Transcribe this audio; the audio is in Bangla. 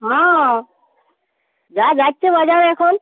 হ্যাঁ যা যাচ্ছে বাজার এখন